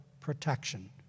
protection